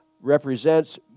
represents